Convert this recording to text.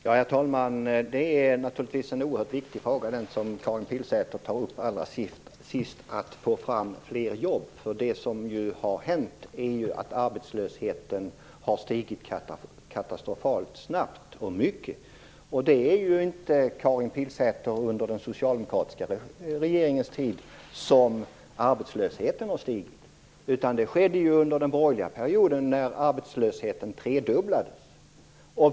Herr talman! Den sista frågan som Karin Pilsäter tog upp, att få fram fler jobb, är naturligtvis oerhört viktig. Det som har hänt är att arbetslösheten har stigit katastrofalt snabbt och mycket. Men, Karin Pilsäter, det är ju inte under den socialdemokratiska regeringens tid som arbetslösheten har stigit. Det skedde ju under den borgerliga perioden då arbetslösheten tredubblades.